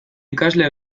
ikasle